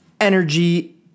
Energy